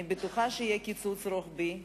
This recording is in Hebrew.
אני בטוחה שיהיה קיצוץ רוחבי,